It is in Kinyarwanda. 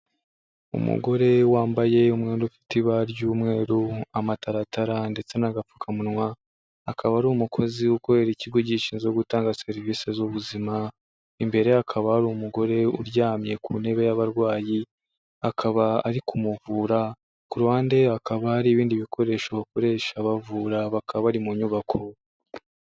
Umugore wambaye umwenda ufite ibara ry'umweru, amataratara ndetse n'agapfukamunwa, akaba ari umukozi ukorera ikigo gishinzwe gutanga serivisi z'ubuzima, imbere ye hakaba hari umugore uryamye ku ntebe y'abarwayi akaba ari kumuvura, ku ruhande hakaba hari ibindi bikoresho bakoresha bavura bakaba bari mu nyubako.